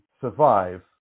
survive